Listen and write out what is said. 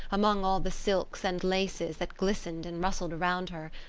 among all the silks and laces that glistened and rustled around her.